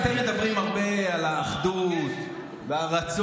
אתם מדברים הרבה על האחדות והרצון,